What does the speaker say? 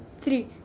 three